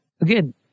again